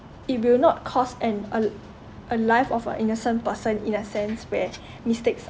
it will not cost and a a life of a innocent person in a sense where mistakes